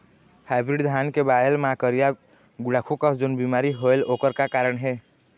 Hybrid धान के बायेल मां करिया गुड़ाखू कस जोन बीमारी होएल ओकर का कारण हे?